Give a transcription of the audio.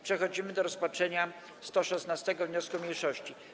Przechodzimy do rozpatrzenia 116. wniosku mniejszości.